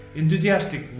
enthusiastic